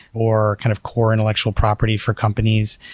or kind of core intellectual property for companies.